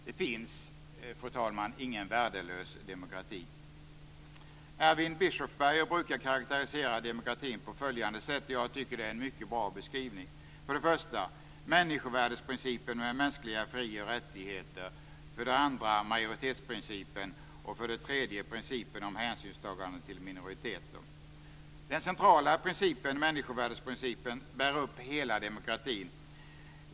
Det finns ingen värdelös demokrati. Erwin Bischofberger brukar karakterisera demokratin på följande sätt, och jag tycker det är en mycket bra beskrivning: 3. Principen om hänsynstagande till minoriteten. Den centrala principen - människovärdesprincipen - bär upp hela demokratin.